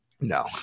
No